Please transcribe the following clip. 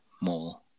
more